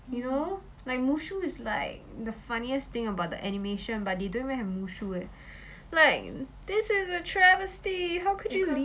you know like moshu is like the funniest thing about the animation but they don't even have mushu like this is a travesty how could you leave